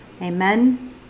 Amen